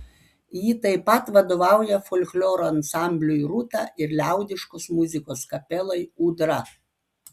ji taip pat vadovauja folkloro ansambliui rūta ir liaudiškos muzikos kapelai ūdra